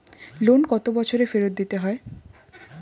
Loan কত বছরে ফেরত দিতে হয়?